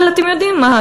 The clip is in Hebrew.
אבל אתם יודעים מה,